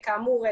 כאמור,